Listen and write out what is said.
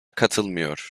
katılmıyor